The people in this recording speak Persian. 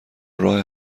راه